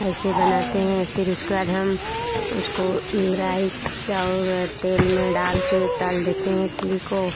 ऐसे बनाते हैं फिर उसके बाद हम उसको राई से और तेल में डाल के तल देते हैं इडली को